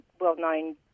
well-known